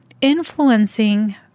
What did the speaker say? influencing